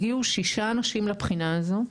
הגיעו שישה אנשים לבחינה הזו,